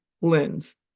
lens